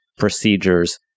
procedures